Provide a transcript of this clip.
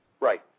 Right